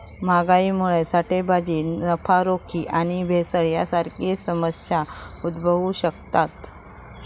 महागाईमुळा साठेबाजी, नफाखोरी आणि भेसळ यांसारखे समस्या उद्भवु शकतत